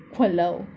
!walao!